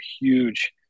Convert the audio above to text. huge